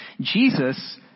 Jesus